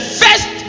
first